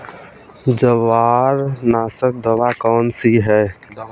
जवार नाशक दवा कौन सी है?